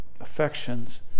affections